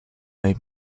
made